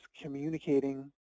communicating